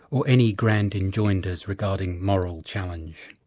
or any grand enjoinders regarding moral challenge.